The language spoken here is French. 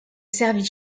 servie